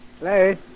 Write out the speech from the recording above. Hey